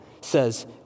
says